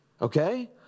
Okay